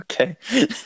okay